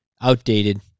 Outdated